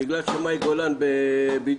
בגלל שמאי גולן בבידוד,